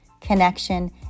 connection